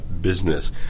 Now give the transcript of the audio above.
business